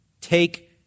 Take